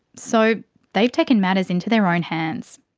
so they've taken matters into their own hands.